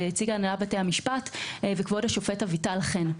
שהציגה הנהלת בתי המשפט וכבוד השופט אביטל חן.